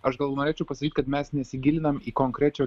aš gal norėčiau pasakyt kad mes nesigilinam į konkrečio